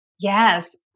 Yes